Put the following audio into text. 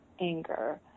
anger